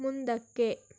ಮುಂದಕ್ಕೆ